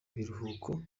biruhuko